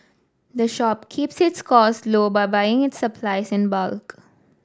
the shop keeps its cost low by buying its supplies in bulk